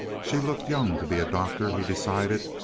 she looked young to be a doctor, he decided,